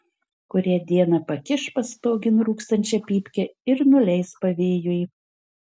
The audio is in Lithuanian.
kurią dieną pakiš pastogėn rūkstančią pypkę ir nuleis pavėjui